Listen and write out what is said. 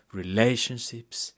relationships